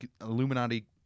Illuminati